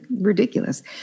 ridiculous